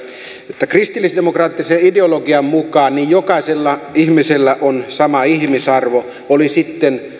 että kristillisdemokraattisen ideologian mukaan jokaisella ihmisellä on sama ihmisarvo oli sitten